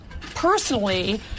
personally